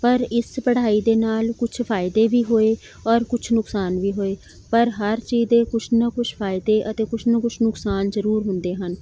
ਪਰ ਇਸ ਪੜ੍ਹਾਈ ਦੇ ਨਾਲ ਕੁੱਛ ਫ਼ਾਇਦੇ ਵੀ ਹੋਏ ਔਰ ਕੁਛ ਨੁਕਸਾਨ ਵੀ ਹੋਏ ਪਰ ਹਰ ਚੀਜ਼ ਦੇ ਕੁਛ ਨਾ ਕੁਛ ਫ਼ਾਇਦੇ ਅਤੇ ਕੁਛ ਨਾ ਕੁਛ ਨੁਕਸਾਨ ਜ਼ਰੂਰ ਹੁੰਦੇ ਹਨ